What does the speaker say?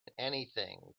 anything